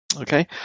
Okay